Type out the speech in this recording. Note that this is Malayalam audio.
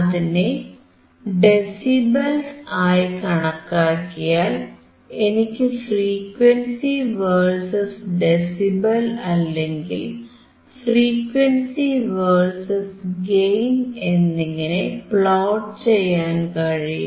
അതിനെ ഡെസിബെൽസ് ആയി കണക്കാക്കിയാൽ എനിക്ക് ഫ്രീക്വൻസി വേഴ്സസ് ഡെസിബെൽ അല്ലെങ്കിൽ ഫ്രീക്വൻസ് വേഴ്സസ് ഗെയിൻ എന്നിങ്ങനെ പ്ലോട്ട് ചെയ്യാൻ കഴിയും